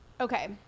okay